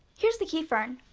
here's the key fern.